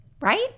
Right